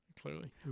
clearly